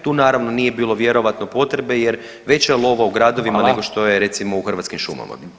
Tu naravno nije bilo vjerojatno potrebe jer veća je lova u gradovima nego što je recimo u Hrvatskim šumama.